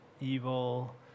evil